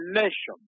nation